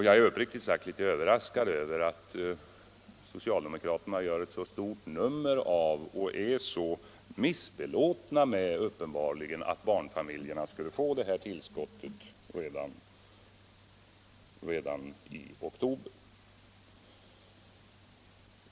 Jag är uppriktigt sagt litet överraskad över att socialdemokraterna gör ett så stort nummer av och uppenbarligen är så missbelåtna med att barnfamiljerna skulle få tillskottet redan i oktober.